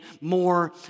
more